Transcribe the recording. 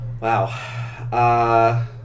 Wow